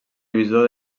bisó